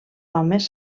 homes